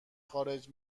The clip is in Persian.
خارج